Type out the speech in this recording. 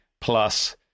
plus